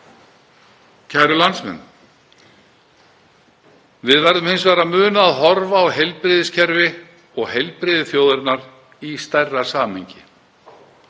Kæru landsmenn. Við verðum hins vegar að muna að horfa á heilbrigðiskerfið og heilbrigði þjóðarinnar í stærra samhengi.